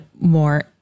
more